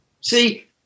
See